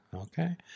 Okay